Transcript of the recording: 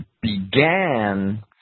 began